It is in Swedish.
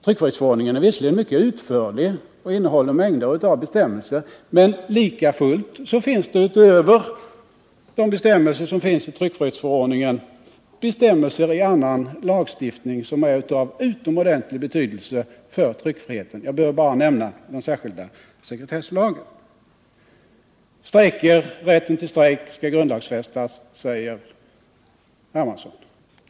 Tryckfrihetsförordningen är visserligen mycket utförlig och innehåller mängder av bestämmelser, men likafullt finns det utöver de bestämmelser som finns i tryckfrihetsförordningen bestämmelser i annan lagstiftning som är av utomordentlig betydelse för tryckfriheten. Jag behöver bara nämna den särskilda sekretesslagen. Rätten till strejk skall grundlagsfästas, säger Carl-Henrik Hermansson.